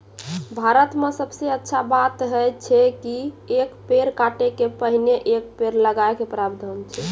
भारत मॅ सबसॅ अच्छा बात है छै कि एक पेड़ काटै के पहिने एक पेड़ लगाय के प्रावधान छै